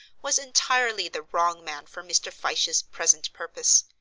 was entirely the wrong man for mr. fyshe's present purpose.